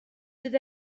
bydd